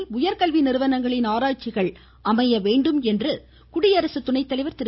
மனித உயர்கல்வி நிறுவனங்களின் ஆராய்ச்சிகள் அமைய வேண்டும் என்று குடியரசு துணை தலைவர் திரு